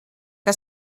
que